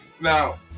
Now